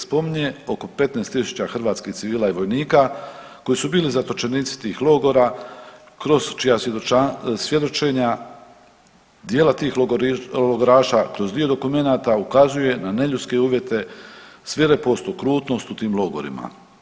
Spominje oko 15 000 hrvatskih civila i vojnika, koji su bili zatočenici tih logora, kroz čija svjedoča, svjedočenja, dijela tih logoraša, kroz dio dokumenata ukazuje na neljudske uvjete, svirepost, okrutnost u tim logorima.